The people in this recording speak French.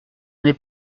n’est